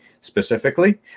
specifically